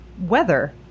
weather